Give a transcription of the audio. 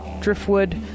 driftwood